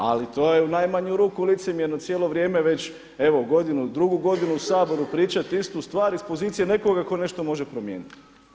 Ali to je u najmanju ruku licemjerno cijelo vrijeme već evo godinu, drugu godinu u Saboru pričati istu stvar iz pozicije nekoga ko nešto može promijeniti.